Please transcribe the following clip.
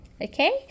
okay